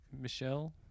Michelle